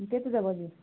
କେତ ଦେବ କୁହ